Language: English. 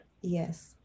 Yes